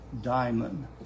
diamond